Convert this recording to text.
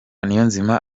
niyonzima